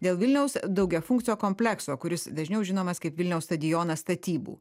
dėl vilniaus daugiafunkcio komplekso kuris dažniau žinomas kaip vilniaus stadionas statybų